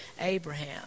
Abraham